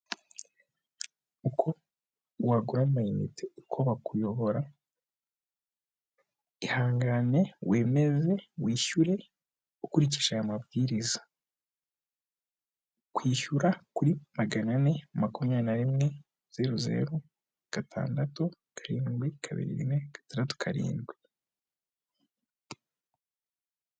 Uko wagura amayinite, uko bakuyobora "ihangane wemeze wishyure ukurikije aya mabwiriza, kwishyura kuri magana ane, makumyabiri na rimwe, ziru zeru gatandatu, karindwi, kabiri rimwe, gatandatu, karindwi".